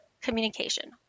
communication